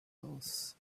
booths